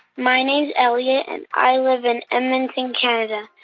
my name's elliot. and i live in edmonton, canada.